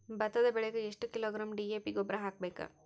ಭತ್ತದ ಬೆಳಿಗೆ ಎಷ್ಟ ಕಿಲೋಗ್ರಾಂ ಡಿ.ಎ.ಪಿ ಗೊಬ್ಬರ ಹಾಕ್ಬೇಕ?